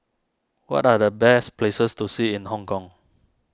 what are the best places to see in Hong Kong